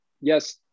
Yes